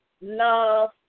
Love